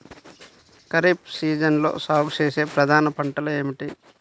ఖరీఫ్ సీజన్లో సాగుచేసే ప్రధాన పంటలు ఏమిటీ?